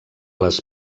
les